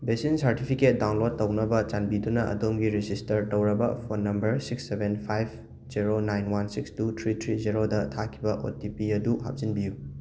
vaccine certificate download ꯇꯧꯅꯕ ꯆꯥꯟꯕꯤꯗꯨꯅ ꯑꯗꯣꯝꯒꯤ ꯔꯦꯖꯤꯁꯇꯥꯔ ꯇꯧꯔꯕ phone number six seven five zero nine one six two three three ꯖꯦꯔꯣꯗ ꯊꯥꯈꯤꯕ ꯑꯣ ꯇꯤ ꯄꯤ ꯑꯗꯨ ꯍꯥꯞꯆꯤꯟꯕꯤꯌꯨ